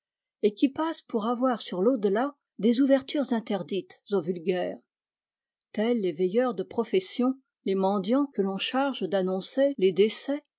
et qui passent pour avoir sur l a u delà des ouvertures interdites au vulgaire tels les veilleurs de profession les mendiants que l'on charge d'annoncer les décès